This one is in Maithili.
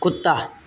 कुत्ता